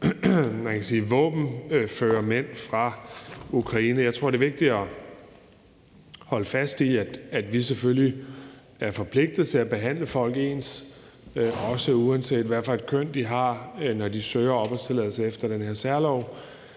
vedrørende våbenføre mænd fra Ukraine. Jeg tror, det er vigtigt at holde fast i, at vi selvfølgelig er forpligtet til at behandle folk ens, uanset hvad for et køn de har, når de søger opholdstilladelse efter den her særlov.